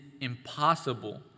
impossible